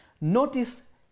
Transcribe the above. Notice